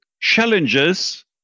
challenges